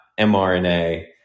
mRNA